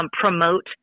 promote